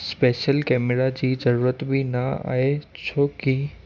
special camera जी ज़रूरत बि न आहे छो की